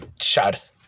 Shut